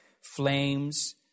flames